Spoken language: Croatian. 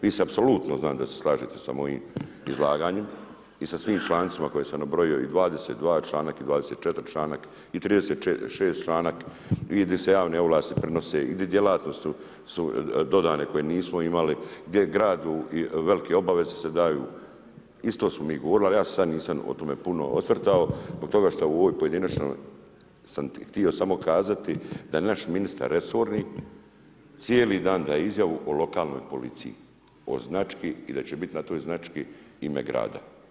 Vi apsolutno znam da se slažete sa mojim izlaganjem i sa svim člancima koje sam nabrojio i 22. članak i 24. i 36. članak i di se javne ovlasti prenose i di djelatnosti su dodane koje nismo imali, gdje gradu velike obaveze se daju, isto smo govorili ali ja se sad nisam o tome puno osvrtao zbog toga što u ovoj pojedinačnoj sam htio samo kazati da naš ministar resorni cijeli dan daje izjavu o lokalnoj policiji, o znački i da će biti na toj znački ime grada.